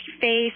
face